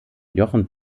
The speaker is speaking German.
jochen